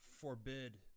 forbid